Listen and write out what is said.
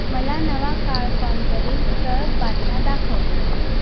मला नवाकाळकॉमवरील ठळक बातम्या दाखव